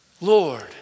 Lord